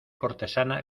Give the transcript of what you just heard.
cortesana